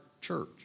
church